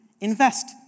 invest